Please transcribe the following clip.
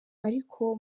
ariko